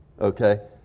Okay